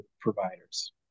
providers